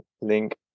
link